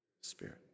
Spirit